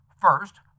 First